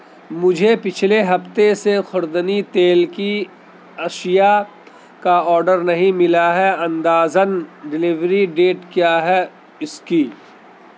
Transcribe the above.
مجھے پچھلے ہفتے سے خوردنی تیل کی اشیا کا آرڈر نہیں ملا ہے اندازاً ڈیلیوری ڈیٹ کیا ہے اس کی